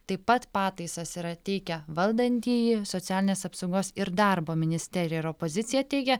taip pat pataisas yra teikę valdantieji socialinės apsaugos ir darbo ministerija ir opozicija teigia